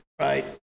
right